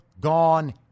gone